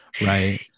right